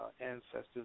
ancestors